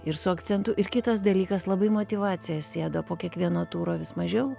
ir su akcentu ir kitas dalykas labai motyvacija sėda po kiekvieno turo vis mažiau